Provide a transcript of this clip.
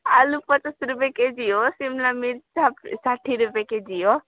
आलु पचास रुपियाँ केजी हो सिमला मिर्च साठ् साठी रुपियाँ केजी हो